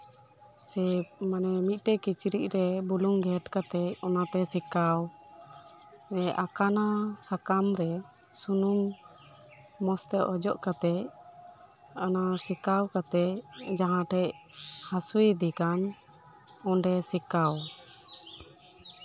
ᱥᱮ ᱢᱟᱱᱮ ᱢᱤᱫᱴᱮᱱ ᱠᱤᱪᱨᱤᱡᱽᱨᱮ ᱵᱩᱞᱩᱝ ᱜᱷᱮᱴ ᱠᱟᱛᱮᱫ ᱚᱱᱟᱛᱮ ᱥᱮᱠᱟᱣ ᱟᱠᱟᱱᱟ ᱥᱟᱠᱟᱢ ᱨᱮ ᱥᱩᱱᱩᱢ ᱢᱚᱸᱡᱽᱛᱮ ᱚᱡᱚᱜ ᱠᱟᱛᱮᱫ ᱚᱱᱟ ᱥᱮᱠᱟᱣ ᱠᱟᱛᱮᱫᱡᱟᱦᱟᱸ ᱴᱷᱮᱱ ᱦᱟᱥᱩᱭᱮ ᱠᱟᱱᱚᱸᱰᱮ ᱥᱮᱠᱟᱣ